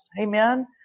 Amen